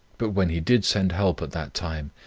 but when he did send help at that time,